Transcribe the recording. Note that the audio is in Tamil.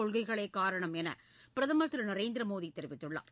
கொள்கைகளே காரணம் என பிரதமர் திரு நரேந்திர மோடி தெரிவித்துள்ளார்